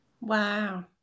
Wow